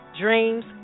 dreams